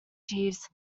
jeeves